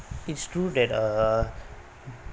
it's true that uh